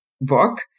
book